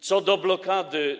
Co do blokady.